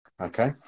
Okay